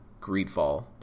greedfall